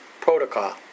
protocol